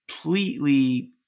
completely